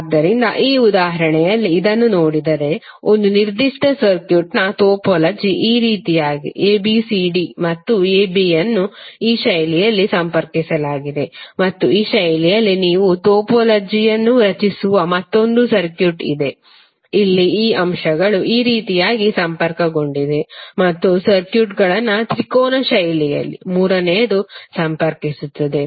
ಆದ್ದರಿಂದ ಈ ಉದಾಹರಣೆಯಲ್ಲಿ ಇದನ್ನು ನೋಡಿದರೆ ಒಂದು ನಿರ್ದಿಷ್ಟ ಸರ್ಕ್ಯೂಟ್ನ ಟೋಪೋಲಜಿ ಈ ರೀತಿಯಾಗಿ abcd ಮತ್ತು a b ಅನ್ನು ಈ ಶೈಲಿಯಲ್ಲಿ ಸಂಪರ್ಕಿಸಲಾಗಿದೆ ಮತ್ತು ಈ ಶೈಲಿಯಲ್ಲಿ ನೀವು ಟೋಪೋಲಜಿಯನ್ನು ರಚಿಸುವ ಮತ್ತೊಂದು ಸರ್ಕ್ಯೂಟ್ ಇದೆ ಅಲ್ಲಿ ಈ ಅಂಶಗಳು ಈ ರೀತಿಯಾಗಿ ಸಂಪರ್ಕಗೊಂಡಿದೆ ಮತ್ತು ಸರ್ಕ್ಯೂಟ್ಗಳನ್ನು ತ್ರಿಕೋನ ಶೈಲಿಯಲ್ಲಿ ಮೂರನೆಯದು ಸಂಪರ್ಕಿಸುತ್ತದೆ